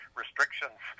restrictions